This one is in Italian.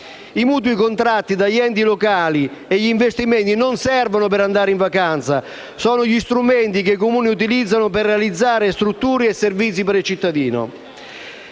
I mutui contratti dagli enti locali e gli investimenti non servono per andare in vacanza, ma sono gli strumenti che i Comuni utilizzano per realizzare strutture e servizi per il cittadino.